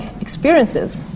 experiences